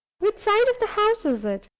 which side of the house is it!